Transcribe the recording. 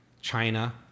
China